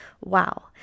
Wow